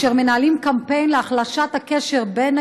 אשר מנהלים קמפיין להחלשת הקשר בין